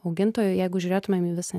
augintojų jeigu žiūrėtumėme į visą